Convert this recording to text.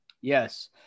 Yes